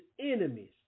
enemies